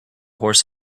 horse